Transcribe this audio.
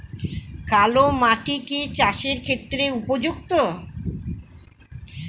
কালো মাটি কি চাষের ক্ষেত্রে উপযুক্ত?